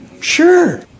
Sure